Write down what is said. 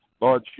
Lord